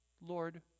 Lord